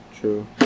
True